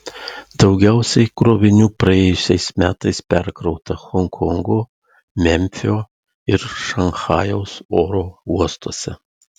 daugiausiai krovinių praėjusiais metais perkrauta honkongo memfio ir šanchajaus oro uostuose